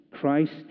Christ